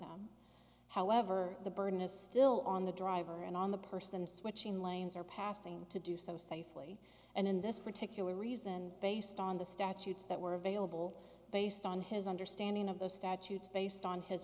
them however the burden is still on the driver and on the person switching lanes or passing to do so safely and in this particular reason based on the statutes that were available based on his understanding of the statutes based on his